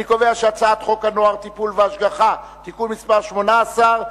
אני קובע שהצעת חוק הנוער (טיפול והשגחה) (תיקון מס' 18),